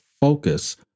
focus